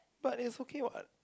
but it's okay what